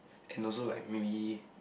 and also like maybe